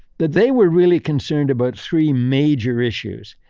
that they were really concerned about three major issues.